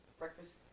breakfast